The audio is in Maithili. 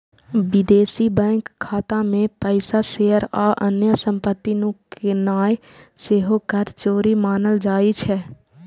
विदेशी बैंक खाता मे पैसा, शेयर आ अन्य संपत्ति नुकेनाय सेहो कर चोरी मानल जाइ छै